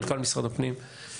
מנכ"ל משרד הפנים,